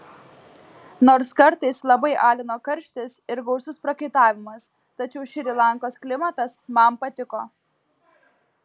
nors kartais labai alino karštis ir gausus prakaitavimas tačiau šri lankos klimatas man patiko